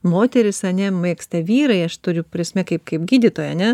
moterys ane mėgsta vyrai aš turiu prasme kaip kaip gydytoją ane